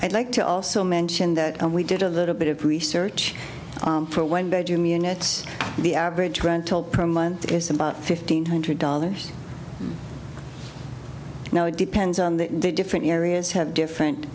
i'd like to also mention that we did a little bit of research for one bedroom units the average rental perma is about fifteen hundred dollars now it depends on the different areas have different